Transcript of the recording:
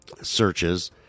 searches